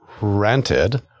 rented